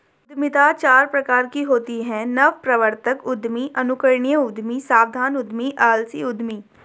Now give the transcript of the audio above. उद्यमिता चार प्रकार की होती है नवप्रवर्तक उद्यमी, अनुकरणीय उद्यमी, सावधान उद्यमी, आलसी उद्यमी